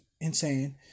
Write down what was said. insane